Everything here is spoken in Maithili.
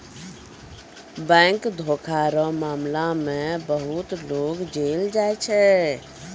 बैंक धोखा रो मामला मे बहुते लोग जेल जाय छै